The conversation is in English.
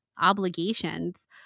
Obligations